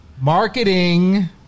Marketing